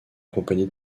compagnie